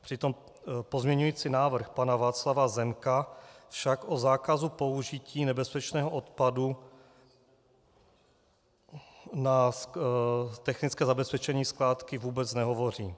Přitom pozměňovací návrh pana Václava Zemka však o zákazu použití nebezpečného odpadu na technické zabezpečení skládky vůbec nehovoří.